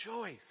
choice